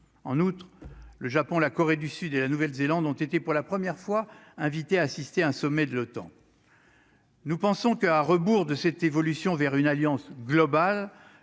en outre, le Japon, la Corée du Sud et la Nouvelle-Zélande ont été pour la première fois, invité à assister à un sommet de l'OTAN. Nous pensons qu'à rebours de cette évolution vers une alliance globale,